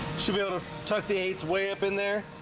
should be able to tuck the eighth's way up in there